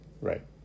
Right